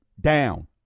down